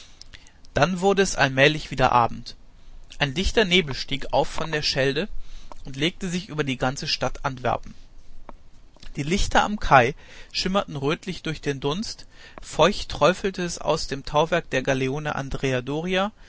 dann wurde es allmählich wieder abend ein dichter nebel stieg auf von der schelde und legte sich über die ganze stadt antwerpen die lichter am kai schimmerten rötlich durch den dunst feucht träufelte es aus dem tauwerk der galeone andrea